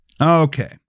Okay